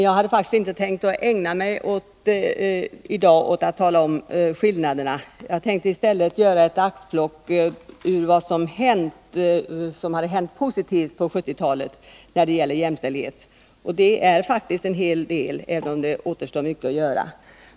Jag har emellertid inte tänkt att i dag tala om skillnaderna, utan jag har i stället tänkt göra ett axplock ur det positiva som har hänt under 1970-talet när det gäller jämställdhet. Och det är faktiskt en hel del, även om mycket återstår att göra.